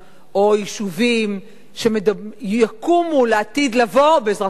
או יישובים שיקומו לעתיד לבוא, בעזרת השם,